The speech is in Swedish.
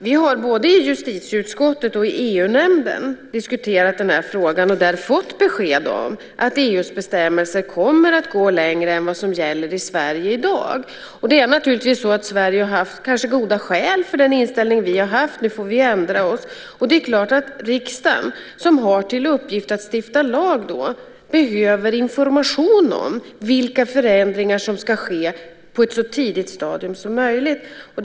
Vi har både i justitieutskottet och i EU-nämnden diskuterat den här frågan och där fått besked om att EU:s bestämmelser kommer att gå längre än vad som gäller i Sverige. Det är naturligtvis så att Sverige har haft goda skäl för den inställning som vi har haft. Nu får vi ändra oss, och det är klart att riksdagen, som har till uppgift att stifta lag, behöver information på ett så tidigt stadium som möjligt om vilka förändringar som ska ske.